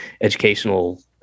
educational